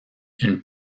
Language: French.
une